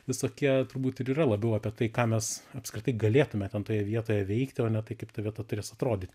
visokie turbūt ir yra labiau apie tai ką mes apskritai galėtume ten toje vietoje veikti o ne tai kaip ta vieta turės atrodyt